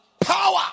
Power